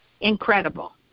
incredible